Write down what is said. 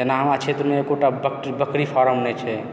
जेना हमरा क्षेत्रमे एको टा बक बकरी फार्म नहि छै